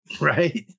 right